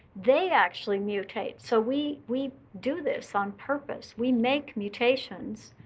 they actually mutate. so we we do this on purpose. we make mutations.